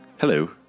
Hello